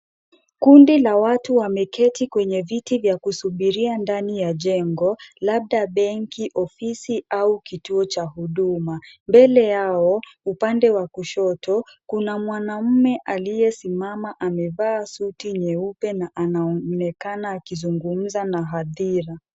Kundi la watu wameketi kwenye viti vya kusubiria ndani ya jengo labda benki, ofisi au kituo cha huduma. Mbele yao, upande wa kushoto kuna mwanaume aliyesimama amevaa suti nyeupe na anaonekana akizungumza na hadhira.